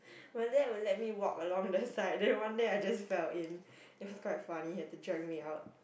my dad would let me walk along the side then one day I just fell in is quite funny and they drag me out